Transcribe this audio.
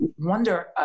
wonder